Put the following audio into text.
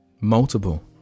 Multiple